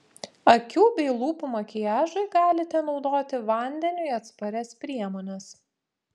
akių bei lūpų makiažui galite naudoti vandeniui atsparias priemones